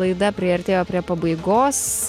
laida priartėjo prie pabaigos